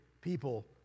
people